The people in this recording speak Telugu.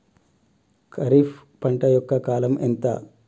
ఖరీఫ్ పంట యొక్క కాలం ఎంత?